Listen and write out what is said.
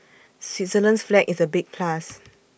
Switzerland's flag is A big plus